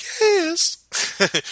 yes